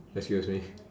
excuse me